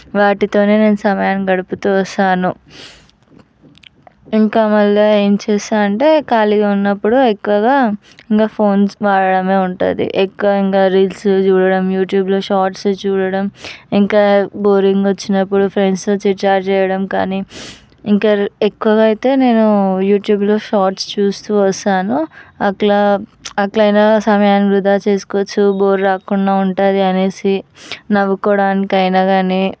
వాటితోనే నేను సమయం గడుపుతూ వస్తాను ఇంకా మళ్ళీ ఏం చేస్తా అంటే ఖాళీగా ఉన్నప్పుడు ఎక్కువగా ఇంకా ఫోన్స్ వాడడమే ఉంటుంది ఎక్కువ ఇంకా రీల్స్ చూడడం యూట్యూబ్లో షార్ట్స్ చూడడం ఇంకా బోరింగ్ వచ్చినప్పుడు ఫ్రెండ్స్తో చిట్ చాట్ చేయడం కానీ ఇంకా ఎక్కువగా అయితే నేను యూట్యూబ్లో షార్ట్స్ చూస్తూ వస్తాను అట్లా అట్లా అయినా సమయం వృధా చేసుకోవచ్చు బోర్ కాకుండా ఉంటుంది అనేసి నవ్వుకోవడానికి అయినా కానీ